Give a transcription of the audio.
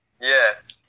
Yes